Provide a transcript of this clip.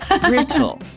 brittle